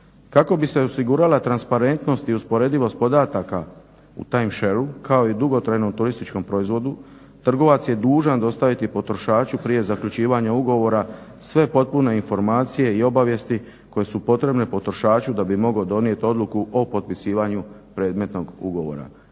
Kako bi se osigurala transparentnost i usporedivost podataka u timeshareu kao i dugotrajnom turističkom proizvodu trgovac je dužan dostaviti potrošaču prije zaključivanja ugovora sve potpune informacije i obavijesti koje su potrebne potrošaču da bi mogao donijeti odluku o potpisivanju predmetnog ugovora.